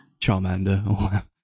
Charmander